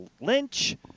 Lynch